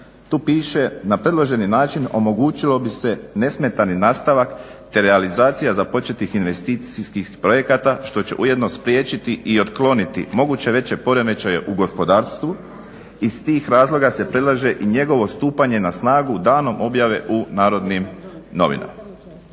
Tu piše "na predloženi način omogućilo bi se nesmetani nastavak te realizacija započetih investicijskih projekata što će ujedno spriječiti i otkloniti moguće veće poremećaje u gospodarstvu. Iz tih razloga se predlaže i njegovo stupanje na snagu danom objave u NN". To